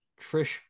Trish